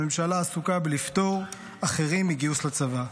הממשלה עסוקה בלפטור אחרים הגיוס לצבא.